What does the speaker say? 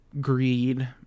greed